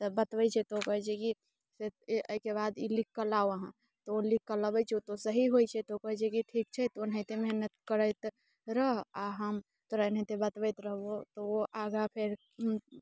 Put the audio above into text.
तऽ बतबैत छथि तऽ ओ कहैत छै कि से एहिके बाद ई लिखके लाओ अहाँ तऽ ओ लिखके लबैत छै तऽ ओ सही होइत छै तऽ ओ कहैत छै कि ठीक छै ओनाहिते मेहनत करैत रह आ हम तोरा एनाहिते बतबैत रहबो तऽ ओ आगाँ फेर